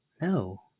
No